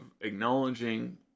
acknowledging